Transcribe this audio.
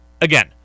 Again